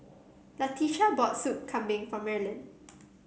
Latisha bought Soup Kambing for Merlyn